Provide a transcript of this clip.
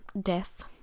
death